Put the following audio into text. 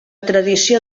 tradició